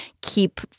keep